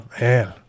Man